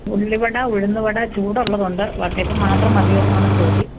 ഉള്ളിവട ഉഴുന്ന് വട ചൂടുള്ളത് ഉണ്ട് വട്ടയപ്പം മാത്രം മതിയോ എന്നാണ് ചോദ്യം